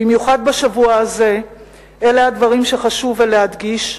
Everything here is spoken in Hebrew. במיוחד בשבוע הזה אלה הדברים שחשוב להדגיש,